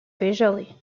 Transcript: visually